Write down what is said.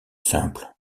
simple